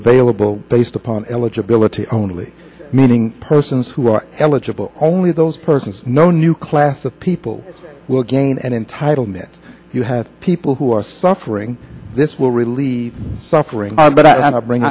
available based upon eligibility only meaning persons who are eligible only those persons no new class of people will gain entitlement you have people who are suffering this will relieve suffering but bring